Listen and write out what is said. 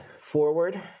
forward